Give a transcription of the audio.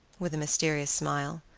with a mysterious smile,